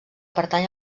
pertany